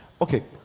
okay